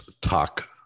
talk